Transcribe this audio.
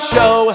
Show